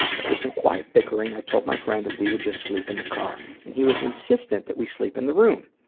after some quiet bickering, i told my friend that we would just sleep in the car, and he was insistent that we sleep in the room.